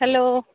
hello